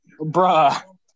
Bruh